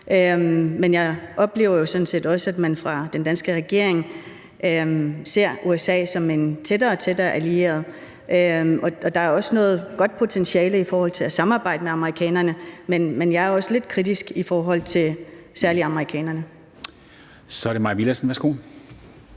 men jeg oplever sådan set også, at man fra den danske regerings side ser USA som en tættere og tættere allieret. Der er også noget godt potentiale i at samarbejde med amerikanerne, men jeg er også lidt kritisk over for særlig amerikanerne. Kl. 19:50 Formanden (Henrik